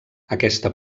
aquesta